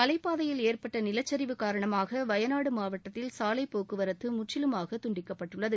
மலைப் பாதையில் ஏற்பட்ட நிலச்சரிவு காரணமாக வயநாடு மாவட்டத்தில் சாலைப் போக்குவரத்து முற்றிலுமாக துண்டிக்கப்பட்டுள்ளது